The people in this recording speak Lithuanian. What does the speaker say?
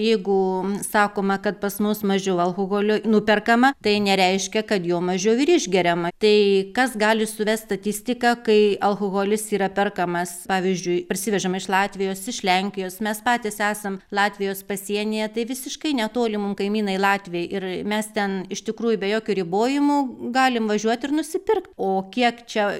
jeigu sakoma kad pas mus mažiau alkoholio nuperkama tai nereiškia kad jo mažiau ir išgeriama tai kas gali suvest statistiką kai alkoholis yra perkamas pavyzdžiui parsivežam iš latvijos iš lenkijos mes patys esam latvijos pasienyje tai visiškai netoli mum kaimynai latviai ir mes ten iš tikrųjų be jokių ribojimų galim važiuot ir nusipirkt o kiek čia